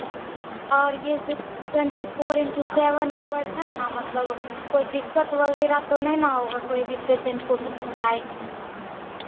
और यह twenty four into seven hour है ना मतलब कोई दिक्कत वगेरह तो नहीं न होगा कोई भी पेसेन्ट को